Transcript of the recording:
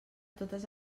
totes